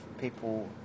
people